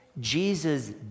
Jesus